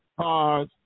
cars